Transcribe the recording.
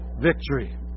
victory